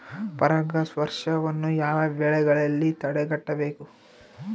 ಪರಾಗಸ್ಪರ್ಶವನ್ನು ಯಾವ ಬೆಳೆಗಳಲ್ಲಿ ತಡೆಗಟ್ಟಬೇಕು?